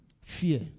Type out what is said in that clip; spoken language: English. Fear